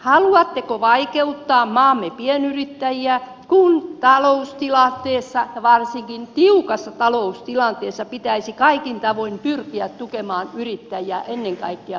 haluatteko vaikeuttaa maamme pienyrittäjiä kun taloustilanteessa varsinkin tiukassa taloustilanteessa pitäisi kaikin tavoin pyrkiä tukemaan yrittäjiä ennen kaikkea pienyrittäjiä